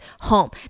home